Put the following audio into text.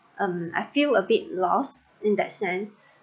um I feel a bit lost in that sense